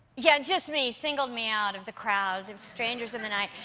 yeah, just me, singled me out of the crowd. strangers in the night.